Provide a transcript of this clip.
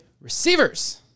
receivers